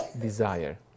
desire